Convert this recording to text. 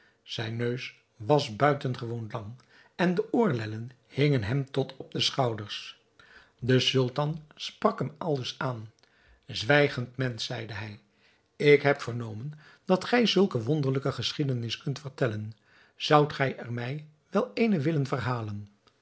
zijn neus was buitengewoon lang en de oorlellen hingen hem tot op de schouders de sultan sprak hem aldus aan zwijgend mensch zeide hij ik heb vernomen dat gij zulke verwonderlijke geschiedenissen kunt vertellen zoudt gij er mij wel eene willen verhalen